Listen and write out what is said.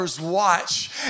watch